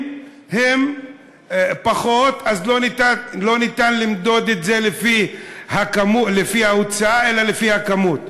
הן פחות אז לא ניתן למדוד את זה לפי ההוצאה אלא לפי המספר.